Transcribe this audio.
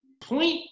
Point